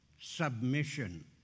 submission